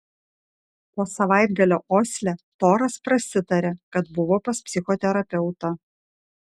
po savaitgalio osle toras prasitarė kad buvo pas psichoterapeutą